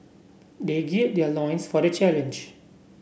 they gird their loins for the challenge